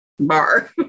Bar